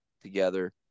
together